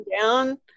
down